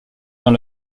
dans